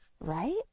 right